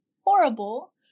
horrible